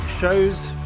shows